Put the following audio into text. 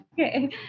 Okay